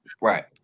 Right